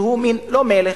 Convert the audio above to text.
שהוא לא מלך,